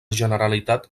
generalitat